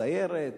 בסיירת.